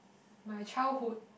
my childhood